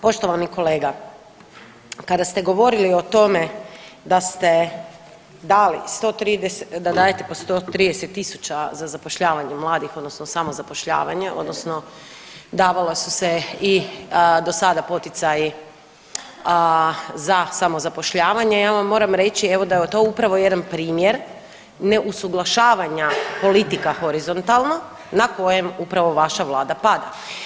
Poštovani kolega kada ste govorili o tome da ste dali, da dajete po 130 tisuća za zapošljavanje mladih odnosno samozapošljavanje odnosno davala su se i do sada poticaji za samozapošljavanje, ja vam moram reći evo da je to upravo jedan primjer neusuglašavanja politika horizontalno na kojem upravo vaša Vlada pada.